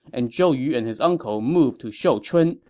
and zhou yu and his uncle moved to shochun,